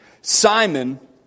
Simon